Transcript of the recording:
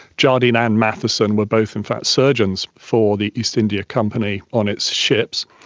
jardine and matheson were both in fact surgeons for the east india company on its ships.